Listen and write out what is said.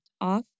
Off